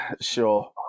Sure